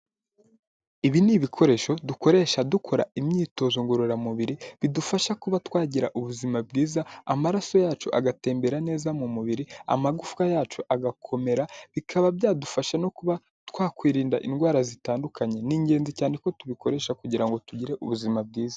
Ibi ni ibikoresho dukoresha dukora imyitozo ngororamubiri, bidufasha kuba twagira ubuzima bwiza, amaraso yacu agatembera neza mu mubiri, amagufwa yacu agakomera, bikaba byadufasha no kuba twakwirinda indwara zitandukanye. Ni ingenzi cyane ko tubikoresha kugira ngo tugire ubuzima bwiza.